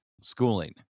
schooling